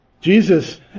Jesus